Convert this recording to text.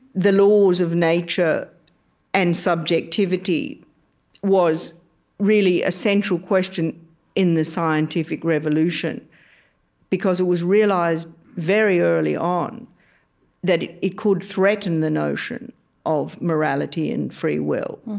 the laws of nature and subjectivity was really a central question in the scientific revolution because it was realized very early on that it it could threaten the notion of morality and free will.